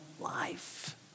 life